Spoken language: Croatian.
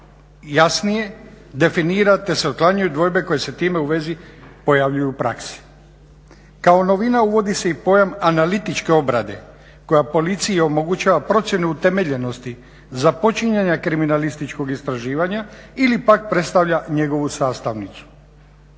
jasnije definira te se otklanjaju dvojbe koje se time u vezi pojavljuju u praksi. Kao novina uvodi se i pojam analitičke obrade koja policiji omogućuje procjenu utemeljenosti za počinjenja kriminalističkog istraživanja ili pak predstavlja njegovu sastavnicu.